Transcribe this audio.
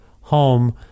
home